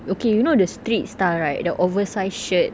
okay you know the street style right the oversized shirt